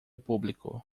público